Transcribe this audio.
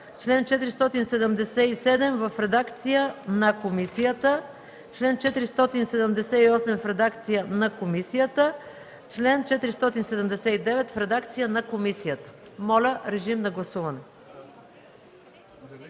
чл. 477 в редакция на комисията; чл. 478 в редакция на комисията и чл. 479 в редакция на комисията. Колеги, думата „нарушаване”